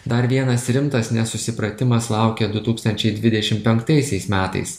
dar vienas rimtas nesusipratimas laukia du tūkstančiai dvidešimt penktaisiais metais